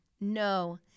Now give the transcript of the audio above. No